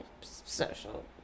social